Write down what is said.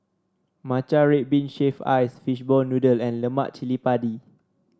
Matcha Red Bean Shaved Ice Fishball Noodle and Lemak Cili Padi